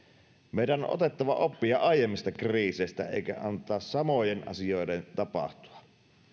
meidän on otettava oppia aiemmista kriiseistä eikä pidä antaa samojen asioiden tapahtua